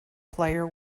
player